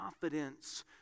confidence